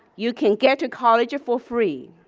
you can get to college for free.